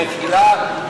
מלכתחילה,